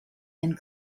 and